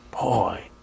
Boy